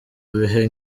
bihe